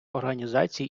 організацій